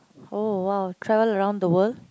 oh !wow! travel around the world